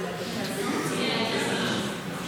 חוק